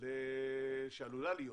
שעלולה להיות